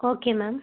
okay ma'am